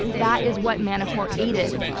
that is what manafort aided.